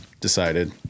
decided